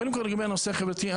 קודם כל לגבי הנושא החברתי,